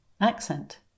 accent